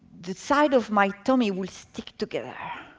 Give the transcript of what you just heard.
the side of my tummy will stick together.